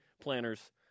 planners